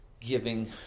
giving